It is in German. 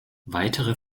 weitere